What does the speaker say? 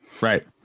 Right